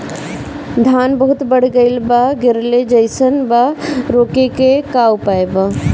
धान बहुत बढ़ गईल बा गिरले जईसन बा रोके क का उपाय बा?